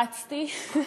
רצתי,